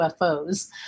UFOs